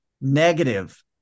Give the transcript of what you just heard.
negative